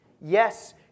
yes